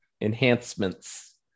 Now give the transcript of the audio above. enhancements